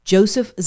Joseph